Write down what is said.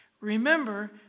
Remember